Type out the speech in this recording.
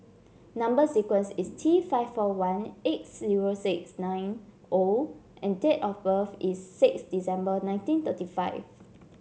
number sequence is T five four one eight zero six nine O and date of birth is six December nineteen thirty five